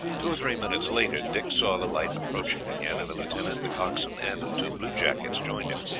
two or three minutes later dick saw the light approaching again, and the lieutenant, the coxswain, and two bluejackets joined him,